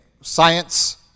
Science